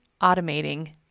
automating